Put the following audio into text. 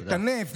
לטנף,